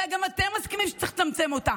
הרי גם אתם מסכימים שצריך לצמצם אותה,